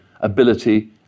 ability